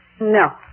No